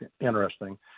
interesting